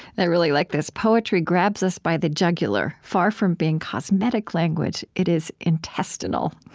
i really like this. poetry grabs us by the jugular. far from being cosmetic language, it is intestinal.